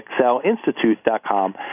ExcelInstitute.com